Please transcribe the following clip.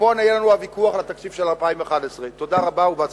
ופה יהיה לנו הוויכוח על התקציב של 2011. תודה רבה ובהצלחה.